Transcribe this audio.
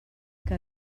que